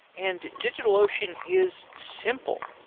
and digitalocean is simple.